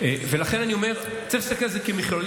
ולכן אני אומר שצריך להסתכל על זה כמכלול.